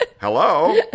Hello